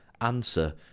answer